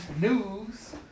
news